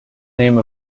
name